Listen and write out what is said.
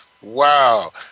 Wow